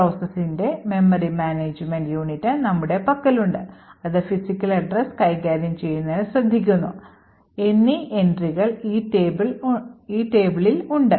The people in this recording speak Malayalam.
പ്രോസസറിന്റെ മെമ്മറി മാനേജുമെന്റ് യൂണിറ്റ് നമ്മുടെ പക്കലുണ്ട് അത് physical address കൈകാര്യം ചെയ്യുന്നതിൽ ശ്രദ്ധിക്കുന്നു എന്നീ entryകൾ ഈ tableൽ ഉണ്ട്